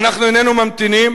ואנחנו איננו ממתינים.